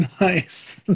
Nice